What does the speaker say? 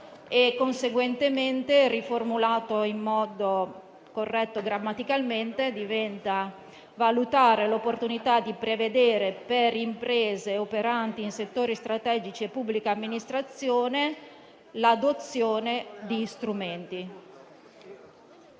che conseguentemente il testo sia riformulato in modo corretto grammaticalmente: «valutare l'opportunità di prevedere, per imprese operanti in settori strategici e pubblica amministrazione, l'adozione di strumenti